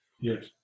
Yes